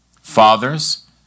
Fathers